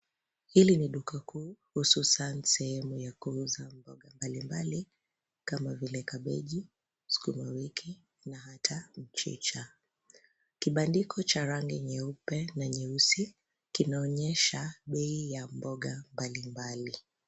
Hili ni duka kuu hususan sehemu ya kuuza mboga mbalimbali kama vile kabeji, sukuma wiki na hata mchicha. Kibandiko cha rangi nyeusi na nyeupe kinaonyesha bei ya mboga mbalimbali.